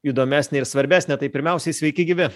įdomesnė ir svarbesnė tai pirmiausiai sveiki gyvi